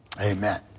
Amen